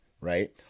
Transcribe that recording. right